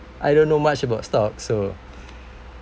I don't know much about stock so